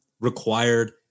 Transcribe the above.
required